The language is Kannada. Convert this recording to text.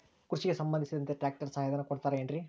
ಕೃಷಿಗೆ ಸಂಬಂಧಿಸಿದಂತೆ ಟ್ರ್ಯಾಕ್ಟರ್ ಸಹಾಯಧನ ಕೊಡುತ್ತಾರೆ ಏನ್ರಿ?